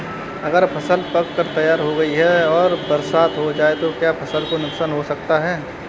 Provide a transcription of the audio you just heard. अगर फसल पक कर तैयार हो गई है और बरसात हो जाए तो क्या फसल को नुकसान हो सकता है?